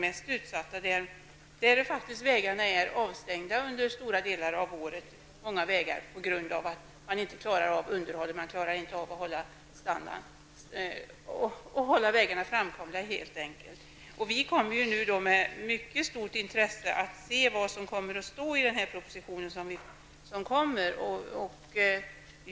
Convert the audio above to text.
Många vägar där är faktiskt avstängda under stora delar av året. Anledningen är att man inte klarar av underhållet, så att vägarna blir acceptabla eller helt enkelt framkomliga. Vi skall nu med mycket stort intresse se vad som kommer att stå i propositionen.